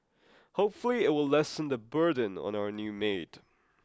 hopefully it will lessen the burden on our new maid